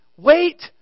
wait